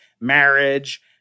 marriage